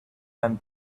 and